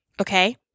Okay